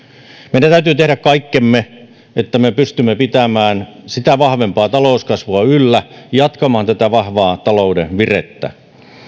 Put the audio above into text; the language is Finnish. meidän täytyy tehdä kaikkemme että me pystymme pitämään sitä vahvempaa talouskasvua yllä jatkamaan tätä vahvaa talouden virettä